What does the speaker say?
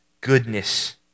goodness